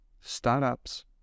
startups